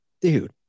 dude